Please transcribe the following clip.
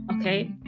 Okay